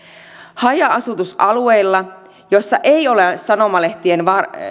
haja asutusalueilla joilla ei ole sanomalehtien